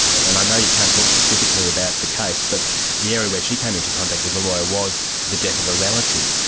and i know you can't talk specifically about the case, but the area where she came into contact with the lawyer was the death of a relative,